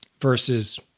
versus